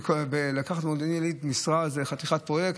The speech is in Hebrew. ולקחת במודיעין עילית משרה זה חתיכת פרויקט,